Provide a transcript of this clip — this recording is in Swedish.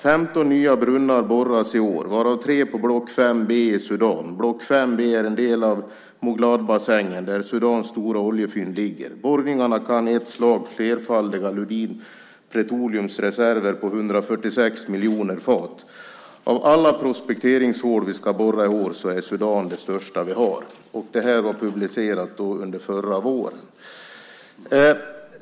15 nya brunnar borras i år, varav tre på Block 5B i Sudan. Block 5B är en del av Mugladbassängen, där Sudans stora oljefynd ligger. Borrningarna kan i ett slag flerfaldiga Lundin Petroleums reserver på 146 miljoner fat. Av alla prospekteringshål vi ska borra i år är Sudan det största vi har." Det här var publicerat förra våren.